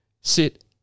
sit